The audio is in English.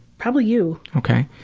probably you.